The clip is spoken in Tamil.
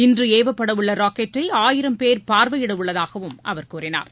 இன்று ஏவப்படவுள்ள ராக்கெட்டை ஆயிரம் பேர் பார்வையிட உள்ளதாகவும் அவர் கூறினார்